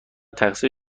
تقصیر